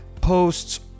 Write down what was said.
posts